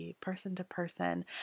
person-to-person